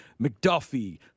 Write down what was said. McDuffie